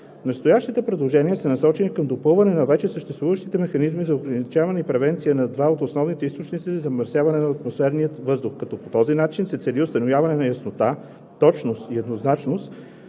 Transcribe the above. Настоящите предложения са насочени към допълване на вече съществуващите механизми за ограничаване и превенция на два от основните източници за замърсяване на атмосферния въздух, като по този начин се цели отстраняване на яснота, точност и еднозначност